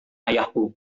ayahku